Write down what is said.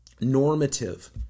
normative